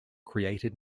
created